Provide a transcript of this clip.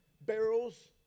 barrels